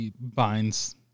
binds